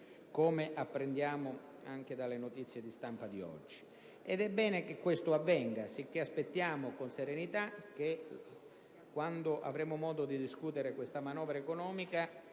come apprendiamo anche dalle notizie di stampa di oggi. Ed è bene che ciò avvenga, sicché ci aspettiamo con serenità, quando avremo modo di discutere questa manovra economica,